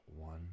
One